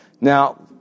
Now